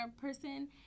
person